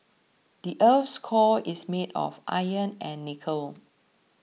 the earth's core is made of iron and nickel